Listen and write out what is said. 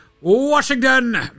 Washington